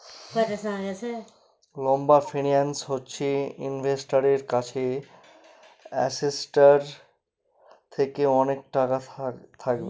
লম্বা ফিন্যান্স হচ্ছে ইনভেস্টারের কাছে অ্যাসেটটার থেকে অনেক টাকা থাকবে